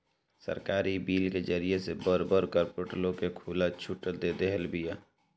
सरकार इ बिल के जरिए से बड़ बड़ कार्पोरेट लोग के खुला छुट देदेले बिया